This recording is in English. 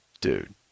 Dude